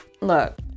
look